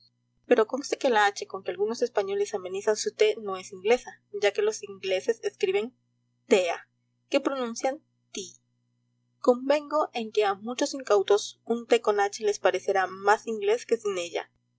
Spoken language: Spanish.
pero conste que la hache con que algunos españoles amenizan su te no es inglesa ya que los ingleses escriben tea que pronuncian ti convengo en que a muchos incautos un te con hache les parecerá más inglés que sin ella